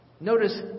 Notice